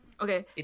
okay